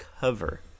cover